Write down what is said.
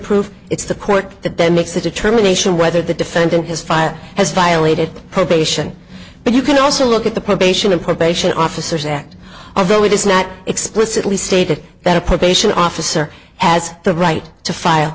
proof it's the court that then makes a determination whether the defendant has filed has violated probation but you can also look at the probation and probation officers act although it is not explicitly stated that a probation officer has the right to file